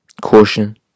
caution